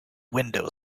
window